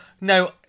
no